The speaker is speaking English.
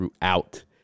throughout